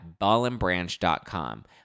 ballandbranch.com